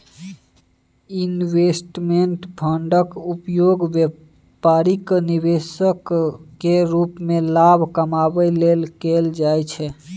investment फंडक उपयोग बेपारिक निवेश केर रूप मे लाभ कमाबै लेल कएल जाइ छै